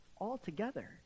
altogether